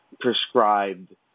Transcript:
prescribed